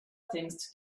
things